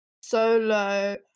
solo